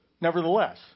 Nevertheless